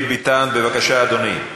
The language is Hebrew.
דוד ביטן, בבקשה, אדוני.